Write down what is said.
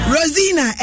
Rosina